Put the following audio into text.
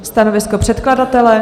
Stanovisko předkladatele?